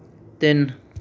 ਤਿੰਨ